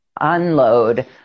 unload